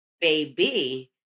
baby